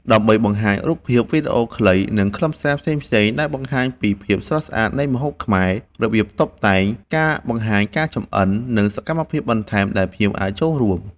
ដើម្បីបង្ហាញរូបភាព វីដេអូខ្លី និងខ្លឹមសារផ្សេងៗដែលបង្ហាញពីភាពស្រស់ស្អាតនៃម្ហូបខ្មែរ របៀបតុបតែង ការបង្ហាញការចម្អិន និងសកម្មភាពបន្ថែមដែលភ្ញៀវអាចចូលរួម។